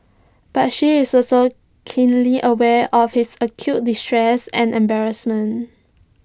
but she is also keenly aware of his acute distress and embarrassment